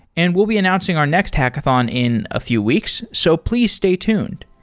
and we'll be announcing our next hackathon in a few weeks. so please stay tuned.